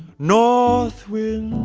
north wind